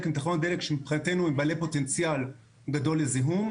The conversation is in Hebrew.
הן תחנות דלק שמבחינתנו הן בעלי פוטנציאל גדול לזיהום.